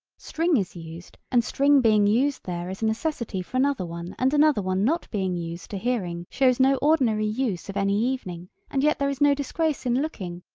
string is used and string being used there is a necessity for another one and another one not being used to hearing shows no ordinary use of any evening and yet there is no disgrace in looking,